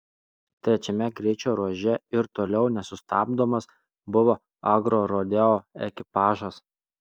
trečiame greičio ruože ir toliau nesustabdomas buvo agrorodeo ekipažas